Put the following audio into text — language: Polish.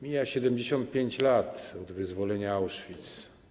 Mija 75 lat od wyzwolenia Auschwitz.